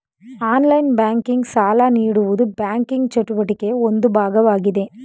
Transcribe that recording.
online banking, ಸಾಲ ನೀಡುವುದು banking ಚಟುವಟಿಕೆಯ ಒಂದು ಭಾಗವಾಗಿದೆ